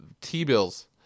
t-bills